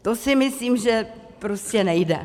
To si myslím, že prostě nejde.